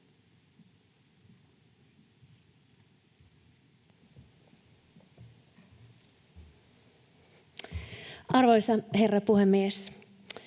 Arvoisa herra puhemies!